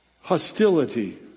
hostility